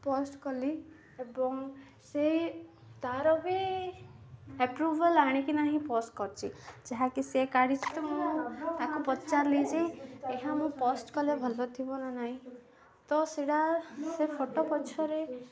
post କଲି ଏବଂ ସେ ତା'ର ବି ଏପ୍ରୁଭାଲ୍ ଆଣିକି ନାହିଁ ପୋଷ୍ଟ କରିଛି ଯାହାକି ସେ କାଢ଼ିଛି ତ ମୁଁ ତାକୁ ପଚାରିଲି ଯେ ଏହା ମୁଁ ପୋଷ୍ଟ କଲେ ଭଲ ଥିବ ନା ନାଇଁ ତ ସେଇଟା ସେ ଫଟୋ ପଛରେ